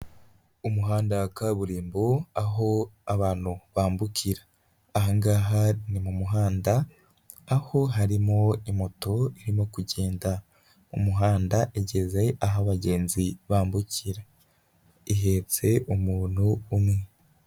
Umuhanda wa kaburimbo, aho abantu bambukira. Aha ngaha ni mu muhanda aho harimo imoto irimo kugenda mu muhanda igeze aho abagenzi bambukira. Ihetse umuntu umwe.